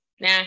nah